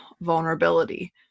vulnerability